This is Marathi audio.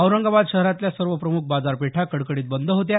औरंगाबाद शहरातल्या सर्व प्रमुख बाजारपेठा कडकडीत बंद होत्या